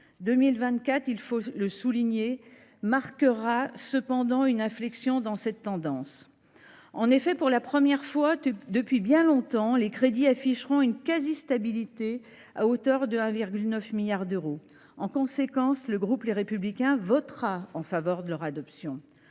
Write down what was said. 2024, il faut le souligner, marquera cependant une inflexion dans cette tendance. En effet, pour la première fois depuis bien longtemps, les crédits afficheront une quasi stabilité, à hauteur de 1,9 milliard d’euros. En conséquence, le groupe Les Républicains votera en faveur de leur adoption.